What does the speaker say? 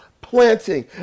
planting